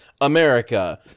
america